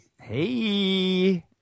Hey